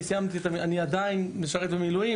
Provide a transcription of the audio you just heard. אני עדיין משרת במילואים.